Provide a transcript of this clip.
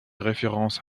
référence